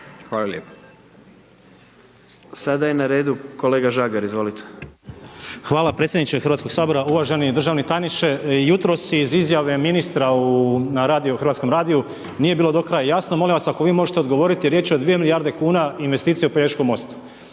izvolite. **Žagar, Tomislav (Nezavisni)** Hvala predsjedniče Hrvatskoga sabora. Uvaženi državni tajniče, jutros iz izjave ministra na radiju, hrvatskom radiju, nije bilo do kraja jasno. Molim vas ako vi možete odgovoriti, riječ je o 2 milijarde kuna investicije u Pelješkom mostu.